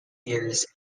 years